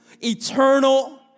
eternal